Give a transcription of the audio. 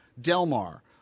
Delmar